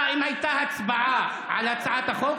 אם הייתה הצבעה על הצעת החוק,